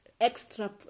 extra